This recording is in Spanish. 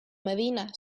medina